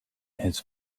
his